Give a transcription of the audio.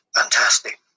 fantastic